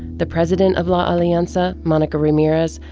the president of la alianza, monica ramirez,